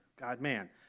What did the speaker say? God-man